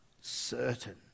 certain